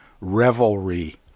revelry